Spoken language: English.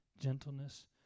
Gentleness